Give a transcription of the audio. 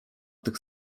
tych